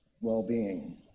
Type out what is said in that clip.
well-being